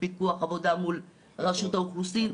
פיקוח עבודה מול רשות האוכלוסין,